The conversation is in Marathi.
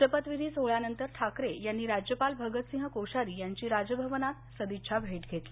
शपथविधी सोहळ्यानंतर ठाकरे यांनी राज्यपाल भगतसिंह कोश्यारी यांची राजभवनात सदिच्छा भेट घेतली